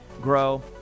grow